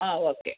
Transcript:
ಹಾಂ ಓಕೆ